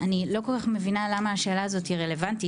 אני לא כל כך מבינה למה השאלה הזאת היא רלוונטית.